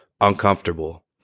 uncomfortable